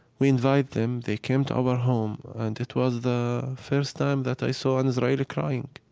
we invite them. they came to our home and it was the first time that i saw an israeli crying.